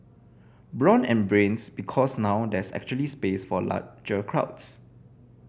brawn and Brains Because now there's actually space for larger crowds